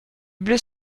bleus